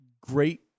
great